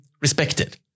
respected